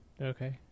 okay